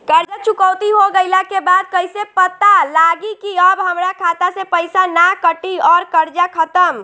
कर्जा चुकौती हो गइला के बाद कइसे पता लागी की अब हमरा खाता से पईसा ना कटी और कर्जा खत्म?